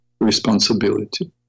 responsibility